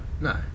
No